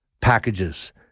packages